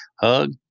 hug